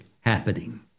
happening